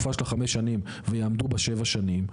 התקופה לרישום מוגדרת בסך הכל עד שנתיים,